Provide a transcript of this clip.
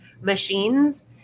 machines